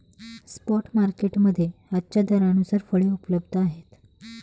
spot market मध्ये आजच्या दरानुसार फळे उपलब्ध आहेत